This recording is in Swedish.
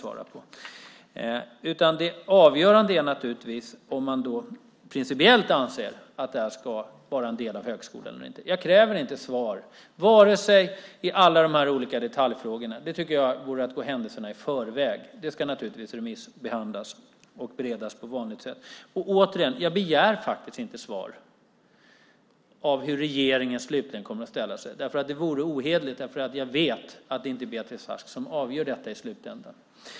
Det avgörande är om man principiellt anser att detta ska vara en del av högskolan eller inte. Jag kräver inte svar i alla de olika detaljfrågorna. Det vore att gå händelserna i förväg. Det ska remissbehandlas och beredas på vanligt sätt. Jag begär inte svar på hur regeringen slutligen kommer att ställa sig. Det vore ohederligt, eftersom jag vet att det inte är Beatrice Ask som avgör detta i slutändan.